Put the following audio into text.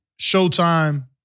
Showtime